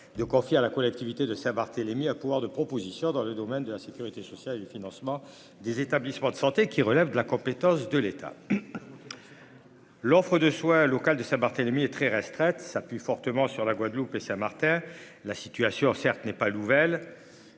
de confier à la collectivité de Saint-Barthélemy, à pouvoir de propositions dans le domaine de la sécurité sociale, du financement des établissements de santé, qui relèvent de la compétence de l'État. L'offre de soins local de Saint-Barthélemy et très restreinte s'appuie fortement sur la Guadeloupe et c'est Martin la situation certes n'est pas nouvelle